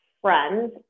friends